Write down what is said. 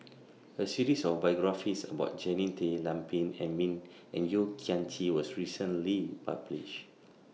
A series of biographies about Jannie Tay Lam Pin Min and Yeo Kian Chye was recently published